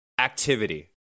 activity